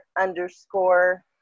underscore